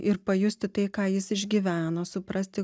ir pajusti tai ką jis išgyveno suprasti